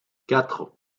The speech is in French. quatre